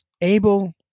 Abel